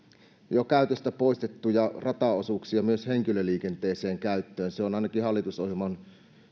jo käytöstä poistettuja rataosuuksia myös henkilöliikenteeseen käyttöön se on ainakin